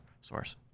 source